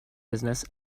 business